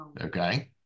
okay